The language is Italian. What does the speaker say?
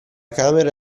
camera